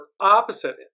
opposite